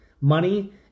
money